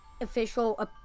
official